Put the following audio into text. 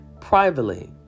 privately